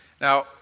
Now